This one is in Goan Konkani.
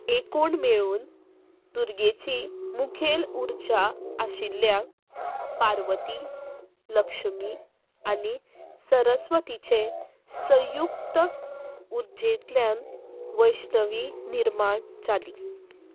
एकूण मेळून दुर्गेची मुखेल उर्जा आशिल्ल्या पार्वती लक्ष्मी आनी सरस्वतीचे संयुक्तक उर्जेंतल्यान वैष्णवी निर्माण जाली